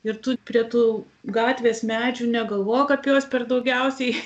ir tu prie tų gatvės medžių negalvok apie juos per daugiausiai